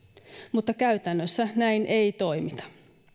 mutta käytännössä näin ei toimita